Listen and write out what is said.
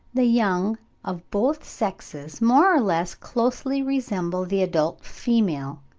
the young of both sexes more or less closely resemble the adult female,